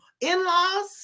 in-laws